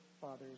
father's